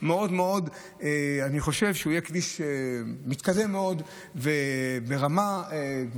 אני חושב שהוא יהיה כביש מתקדם מאוד וברמה גבוהה.